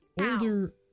older